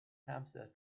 hamster